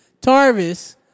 Tarvis